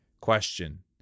Question